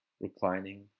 reclining